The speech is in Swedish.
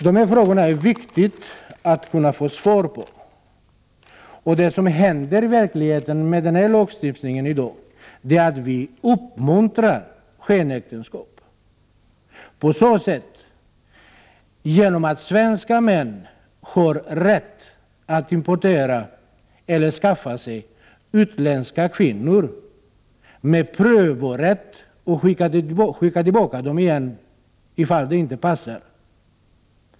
De här frågorna är det viktigt att få svar på. Det som händer i verkligheten i dag är att vi med den nuvarande lagstiftningen uppmuntrar skenäktenskap. Svenska män får rätt att importera eller skaffa sig utländska kvinnor med prövorätt. De kan skicka tillbaka dessa kvinnor ifall de inte passar.